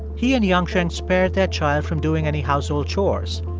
he and yangcheng spared their child from doing any household chores.